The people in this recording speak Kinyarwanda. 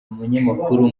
umunyamakuru